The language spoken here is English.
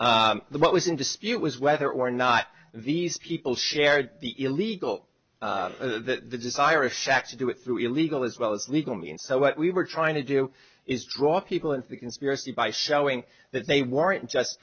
the what was in dispute was whether or not these people shared the illegal or the desire a shack to do it through illegal as well as legal means so what we were trying to do is draw people into the conspiracy by showing that they weren't just